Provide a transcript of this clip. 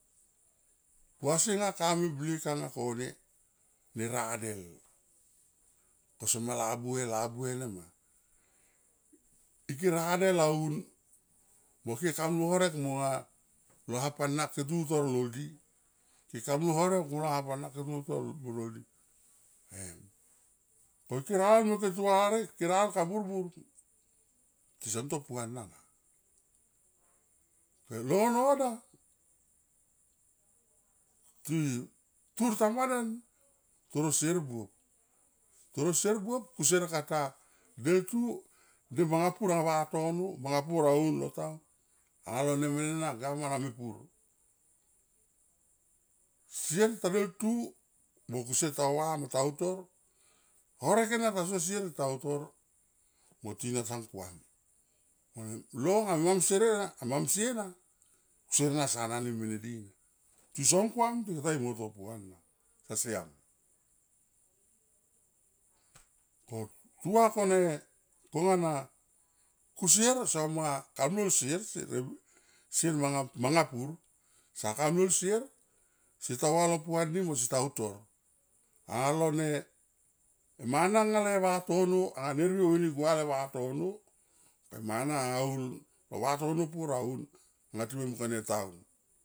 Pua si nga ka meblik anga kone ne radel ko soma labuhe, labuhe nema, ike radel aun mo ke kam lo horek monga, lo hap ana ke tutor lol di, ke kamlo horek molo hap ana ke tutor lol di em, ko ke radel mo ke tua rarek ke radel ka burbur tison to puana ma. Ok law and order ti tur tamba den toro sier buop, toro sier buop kusier kata deltu de manga pur a vatono manga pur au lo town anga lo ne mene na govman a mepur, sier ta deltu mo kusie ta va mo ta utor, horek ena ta sa sier tautur mo tina tam kuam, vanem law nga a mamsie na kusier sa nani mene di. Tison kuam te kata mui mo to puana sa siam, ko tua kone kona kusier sama kam lol kam lol sier, sier manga, manga pur sa kamlol sier seta va lo puani mo se ta utor alone mana nga le vatono anga ne vriou en gua le vatono, okay e mana aun a vatono pur aun anga time mung kone town.